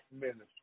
ministry